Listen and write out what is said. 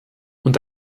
und